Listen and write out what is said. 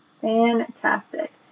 Fantastic